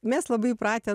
mes labai įpratę